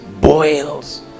boils